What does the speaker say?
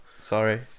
sorry